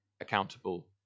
accountable